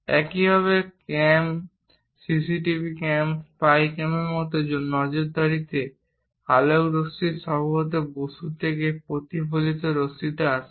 একইভাবে cam CCTV cam spy ক্যামের মতো নজরদারিতে আলোক রশ্মি সম্ভবত বস্তু থেকে প্রতিফলিত রশ্মি আসে